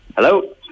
Hello